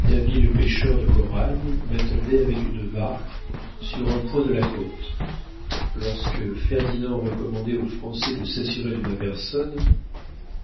d'habiles pêcheurs de corail m'attendaient avec une barque sur un point de la côte lorsque ferdinand recommandait aux français de s'assurer de ma personne